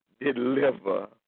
deliver